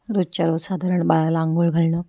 रोजच्या रोज साधारण बाळाला अंघोळ घालणं